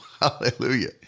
Hallelujah